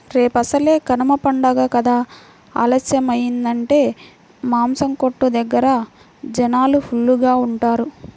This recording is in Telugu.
రేపసలే కనమ పండగ కదా ఆలస్యమయ్యిందంటే మాసం కొట్టు దగ్గర జనాలు ఫుల్లుగా ఉంటారు